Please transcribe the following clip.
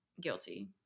guilty